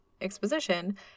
exposition